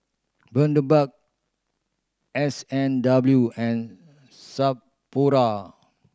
Bundaberg S and W and Sapporo